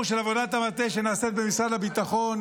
של עבודת המטה שנעשית במשרד הביטחון,